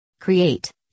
Create